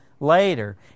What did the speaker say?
Later